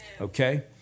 Okay